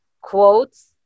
quotes